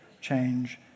change